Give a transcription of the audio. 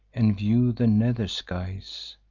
and view the nether skies.